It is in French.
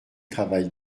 travaille